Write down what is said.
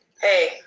Hey